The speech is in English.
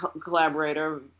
collaborator